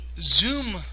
Zoom